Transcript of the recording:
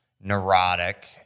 neurotic